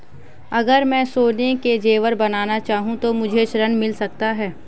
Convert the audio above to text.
अगर मैं सोने के ज़ेवर बनाना चाहूं तो मुझे ऋण मिल सकता है?